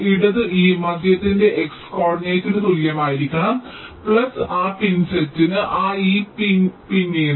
ഇടത് E മധ്യഭാഗത്തിന്റെ x കോർഡിനേറ്റിന് തുല്യമായിരിക്കണം ആ പിൻസെറ്റിന് ആ E പിൻ ന്ന്